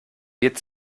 wird